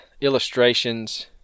illustrations